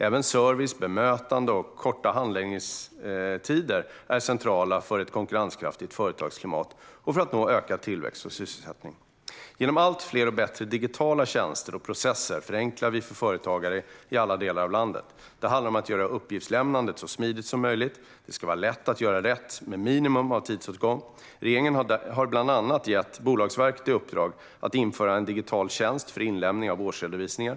Även service, bemötande och korta handläggningstider är centrala för ett konkurrenskraftigt företagsklimat och för att nå ökad tillväxt och sysselsättning. Genom allt fler och bättre digitala tjänster och processer förenklar vi för företagare i alla delar av landet. Det handlar om att göra uppgiftslämnande så smidigt som möjligt. Det ska vara lätt att göra rätt med minimum av tidsåtgång. Regeringen har bland annat gett Bolagsverket i uppdrag att införa en digital tjänst för inlämning av årsredovisningar.